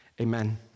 Amen